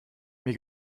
mir